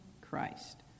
Christ